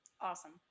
Awesome